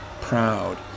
proud